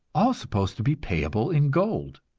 all supposed be payable in gold.